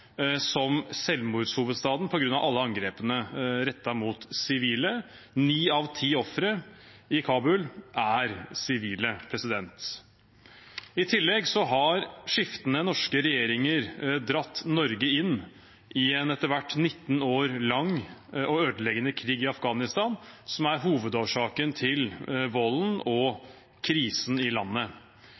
er sivile. I tillegg har skiftende norske regjeringer dratt Norge inn i en etter hvert 19 år lang og ødeleggende krig i Afghanistan, som er hovedårsaken til volden og krisen i landet.